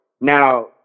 Now